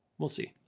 we'll see.